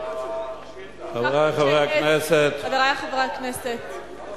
חברי חברי הכנסת, חברי חברי הכנסת.